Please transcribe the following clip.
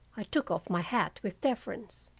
i took off my hat with deference.